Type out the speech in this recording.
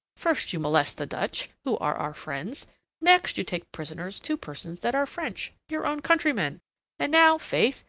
first you molest the dutch, who are our friends next you take prisoners two persons that are french, your own countrymen and now, faith,